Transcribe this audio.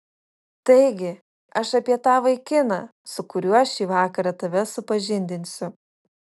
taigi aš apie tą vaikiną su kuriuo šį vakarą tave supažindinsiu